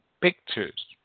pictures